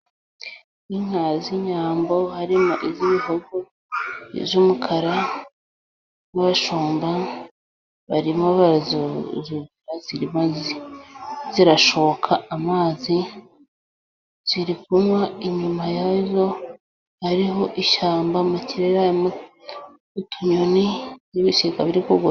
Inka z'Inyambo harimo iz'ibihogo, iz'umukara ,n'abashumba barimo barazuhira, zirashoka amazi ziri kunywa, inyuma yazo hariho ishyamba ,mu kirere utunyoni n'ibisiga biri kuguruka.